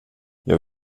jag